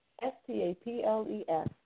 S-T-A-P-L-E-S